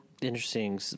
Interesting